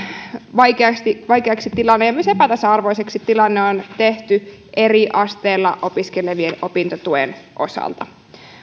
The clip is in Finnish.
vaikeaksi vaikeaksi ja myös epätasa arvoiseksi tilanne on tehty eri asteella opiskelevien opintotuen osalta